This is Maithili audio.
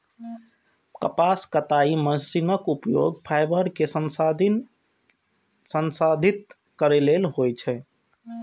कपास कताइ मशीनक उपयोग फाइबर कें संसाधित करै लेल होइ छै